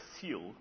seal